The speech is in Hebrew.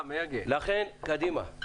קדימה,